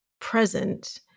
present